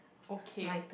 okay